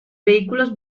vehículos